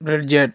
బెల్జెడ్